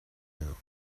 now